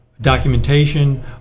documentation